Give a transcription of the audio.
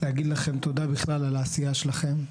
להגיד לכם תודה בכלל על העשייה שלכם.